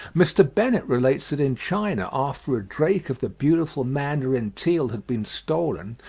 mr. bennett relates that in china after a drake of the beautiful mandarin teal had been stolen,